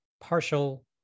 partial